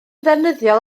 ddefnyddiol